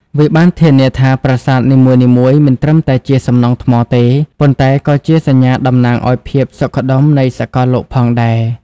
វាបានធានាថាប្រាសាទនីមួយៗមិនត្រឹមតែជាសំណង់ថ្មទេ ប៉ុន្តែក៏ជាសញ្ញាតំណាងឲ្យភាពសុខដុមនៃសកលលោកផងដែរ។